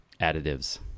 additives